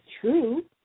true